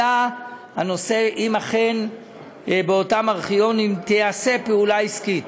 עלה הנושא אם אכן באותם ארכיונים תיעשה פעולה עסקית.